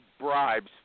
bribes